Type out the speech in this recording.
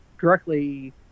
directly